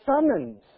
summons